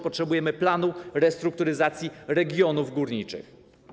Potrzebujemy planu restrukturyzacji regionów górniczych.